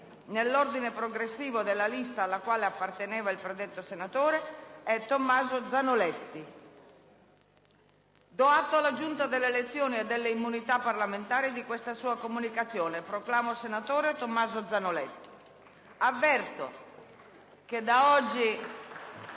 nell'ordine progressivo della lista alla quale apparteneva il predetto senatore è Tomaso Zanoletti. Do atto alla Giunta delle elezioni e delle immunità parlamentari di questa sua comunicazione e proclamo senatore Tomaso Zanoletti. *(Applausi dal